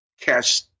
cash